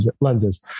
lenses